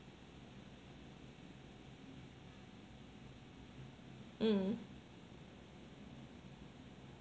mm